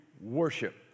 worship